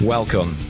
Welcome